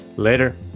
later